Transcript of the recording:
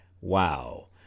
Wow